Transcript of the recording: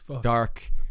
dark